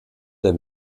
der